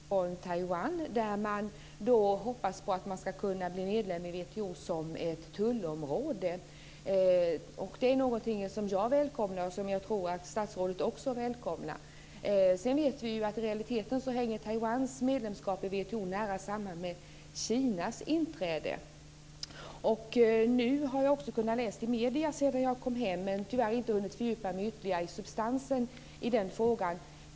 Fru talman! Jag har en fråga till Leif Pagrotsky. Den handlar om WTO-förhandlingarna. Jag kom nyligen tillbaka från Taiwan. Där hoppas man på att man ska kunna bli medlem i WTO som ett tullområde. Det är någonting som jag välkomnar och som jag tror att statsrådet också välkomnar. Sedan vet vi ju att Taiwans medlemskap i WTO i realiteten hänger nära samman med Kinas inträde. Jag har också kunnat läsa om det här i medierna sedan jag kom hem, men jag har tyvärr inte hunnit fördjupa mig ytterligare i substansen i den här frågan.